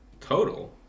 total